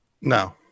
No